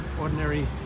ordinary